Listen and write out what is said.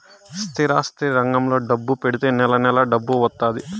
స్థిరాస్తి రంగంలో డబ్బు పెడితే నెల నెలా డబ్బు వత్తాది